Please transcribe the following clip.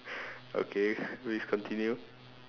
okay please continue